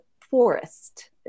forest